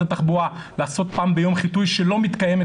התחבורה לעשות פעם ביום חיטוי שלא מתקיים,